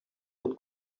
not